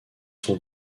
sont